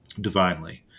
divinely